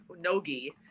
Nogi